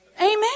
Amen